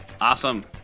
Awesome